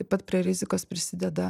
taip pat prie rizikos prisideda